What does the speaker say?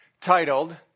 titled